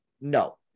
No